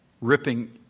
ripping